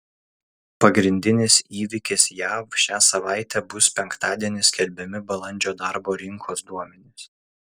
pagrindinis įvykis jav šią savaitę bus penktadienį skelbiami balandžio darbo rinkos duomenys